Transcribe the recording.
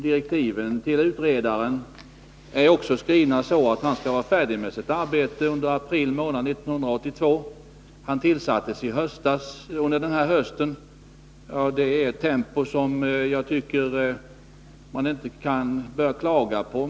Direktiven till utredaren är skrivna så, att han skall vara färdig med sitt arbete under april månad 1982. Han tillsattes i höstas, och detta är alltså ett tempo som jag tycker att ingen kan klaga på.